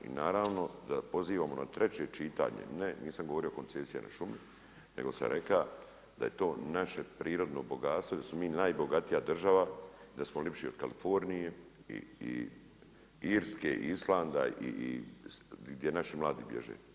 I naravno da pozivamo na 3. čitanje, ne nisam govori o koncesijama na šume, nego sam rekao da je to naše prirodno bogatstvo i da smo mi najbogatija država i da smo ljepši od Kalifornije i Irske i Islanda, gdje naši mladi bježe.